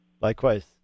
likewise